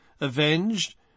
avenged